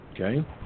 Okay